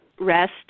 rest